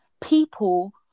people